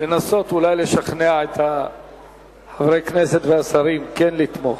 לנסות אולי לשכנע את חברי הכנסת והשרים כן לתמוך.